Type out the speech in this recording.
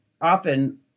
often